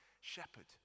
shepherd